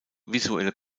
visuelle